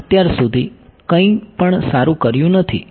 મેં અત્યાર સુધી કંઈ પણ સારું કર્યું નથી